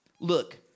Look